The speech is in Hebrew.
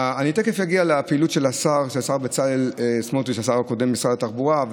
תכף אגיע לפעילות של השר הקודם בצלאל סמוטריץ' במשרד התחבורה.